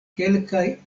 kelkaj